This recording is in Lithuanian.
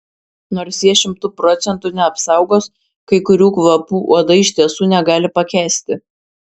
nors jie šimtu procentų neapsaugos kai kurių kvapų uodai iš tiesų negali pakęsti